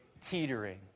teetering